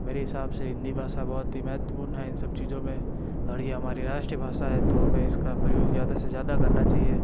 मेरे हिसाब से हिंदी भाषा बहुत ही महत्वपूर्ण है इन सब चीज़ों में और ये हमारी राष्ट्रभाषा है तो हमें इसका प्रयोग ज़्यादा से ज़्यादा करना चाहिए